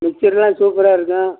மிச்சரெல்லாம் சூப்பராக இருக்கும்